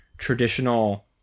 traditional